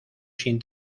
sin